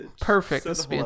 perfect